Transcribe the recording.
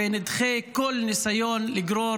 נדחה כל ניסיון לגרור